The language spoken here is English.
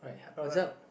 alright